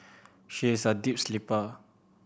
she is a deep sleeper